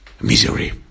misery